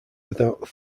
without